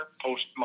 post